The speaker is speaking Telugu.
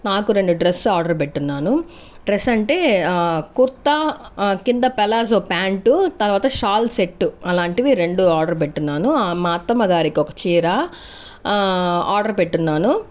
నాకు రెండు డ్రెస్సు ఆర్డర్ పెట్టున్నాను డ్రెస్ అంటే కుర్తా కింద పలాసో ప్యాంటు తర్వాత షాల్ సెట్టు అలాంటివి రెండు ఆర్డర్ పెట్టున్నాను మా అత్తమ్మ గారికి ఒక చీర ఆర్డర్ పెట్టున్నాను